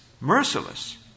merciless